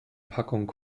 packung